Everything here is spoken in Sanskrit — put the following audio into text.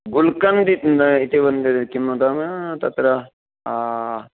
गुल्कन्द् इति व किं वदामः तत्र